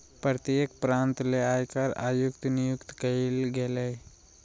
प्रत्येक प्रांत ले आयकर आयुक्त नियुक्त कइल गेलय